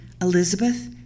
Elizabeth